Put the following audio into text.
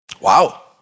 Wow